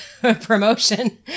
promotion